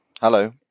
Hello